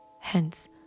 Hence